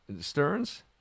Stearns